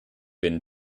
been